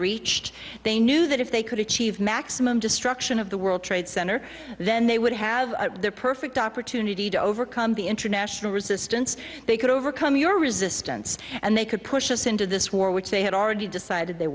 reached they knew that if they could achieve maximum destruction of the world trade center then they would have the perfect opportunity to overcome the international resistance they could overcome your resistance and they could push us into this war which they had already decided they